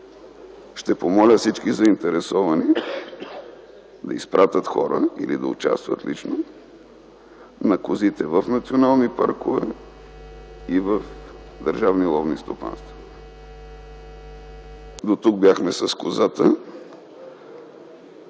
ще помоля всички заинтересовани да изпратят хора или да участват лично за преброяване на козите и в национални паркове, и в държавни ловни стопанства. Дотук бяхме с козата.